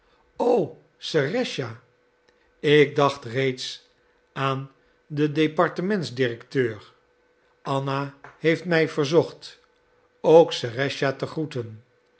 serëscha ik dacht reeds aan den departements directeur anna heeft mij verzocht ook serëscha te groeten